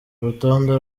urutonde